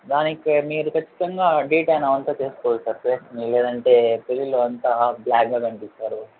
దానికి మీరు ఖచ్చితంగా డిట్యాన్ చేసుకోవాలి సార్ ఫేస్కి లేదంటే పెళ్ళిలో అంతా బ్ల్యాక్గా కనిపిస్తారు